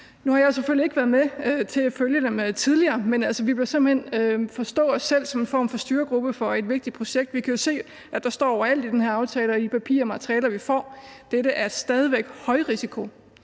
Nu har jeg selvfølgelig ikke været med til at følge dem tidligere, men vi bør simpelt hen forstå os selv som en form for styregruppe for et vigtigt projekt. Vi kan jo se, at der står overalt i den her aftale og i det papirmateriale, vi får, at dette stadig væk er